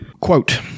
Quote